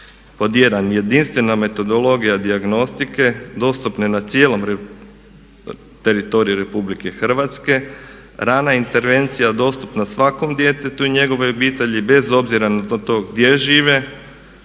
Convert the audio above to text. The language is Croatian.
pod jedan jedinstvena metodologija dijagnostike dostupne na cijelom teritoriju Republike Hrvatske, rana intervencija dostupna svakom djetetu i njegovoj obitelji bez obzira na to gdje žive,